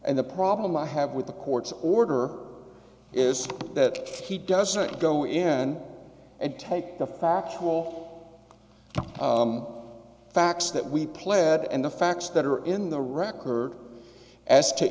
and the problem i have with the court's order is that he doesn't go in and take the factual facts that we pled and the facts that are in the record as to